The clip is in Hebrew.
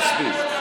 מספיק.